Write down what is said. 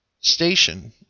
station